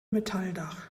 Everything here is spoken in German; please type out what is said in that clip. metalldach